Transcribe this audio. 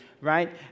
right